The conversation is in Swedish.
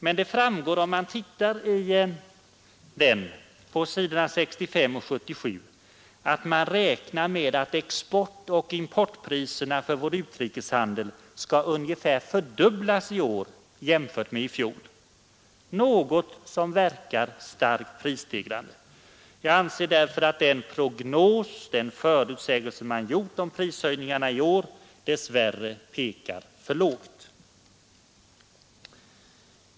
Men av sidorna 65 och 77 framgår att man räknar med att exportoch importpriserna för vår utrikeshandel skall ungefär fördubblas i år jämfört med i fjol, något som verkar starkt prisstegrande. Till detta kommer devalveringen. Jag anser därför att den prognos som gjorts om prishöjningarna i år dessvärre pekar för lågt. Fru talman!